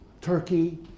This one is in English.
turkey